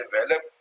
develop